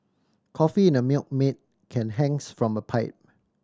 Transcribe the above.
coffee in a Milkmaid can hangs from a pipe